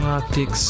Arctic